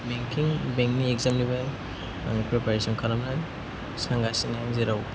banking बेंकनि एकजामनिबो आं प्रिपेरेसन खालामनो सानगासिनो जेराव